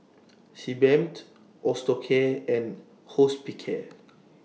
Sebamed Osteocare and Hospicare